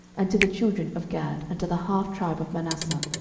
and to the children of gad, and to the half tribe of manasseh,